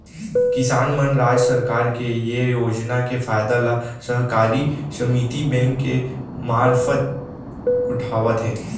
किसान मन राज सरकार के ये योजना के फायदा ल सहकारी समिति बेंक के मारफत उठावत हें